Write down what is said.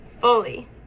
fully